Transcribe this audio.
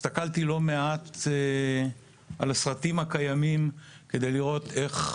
הסתכלתי לא מעט על הסרטים הקיימים כדי לראות איך